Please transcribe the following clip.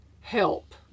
help